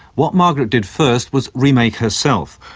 what margaret did first was remake herself.